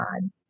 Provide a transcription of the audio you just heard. God